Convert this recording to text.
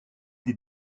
des